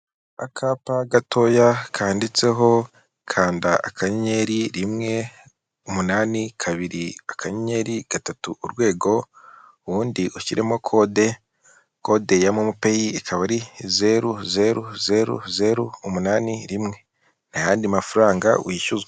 Akapa gatoya kanditseho kanda akanyenyeri rimwe umunani kabiri, akanyenyeri gatatu urwego, ubundi ushyiremo kode, kode ya momo peyi, ikaba ari zeru zeru zeru zeru umunani rimwe, ntayandi mafaranga wishyuzwa.